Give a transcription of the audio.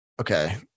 okay